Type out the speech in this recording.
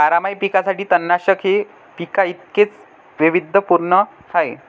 बारमाही पिकांसाठी तणनाशक हे पिकांइतकेच वैविध्यपूर्ण आहे